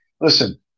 listen